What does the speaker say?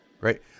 Right